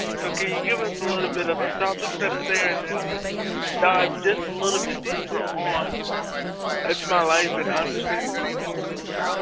give us a little bit of the topics that are there and then dive just a little bit deeper on it's my life and understanding my disability.